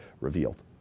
revealed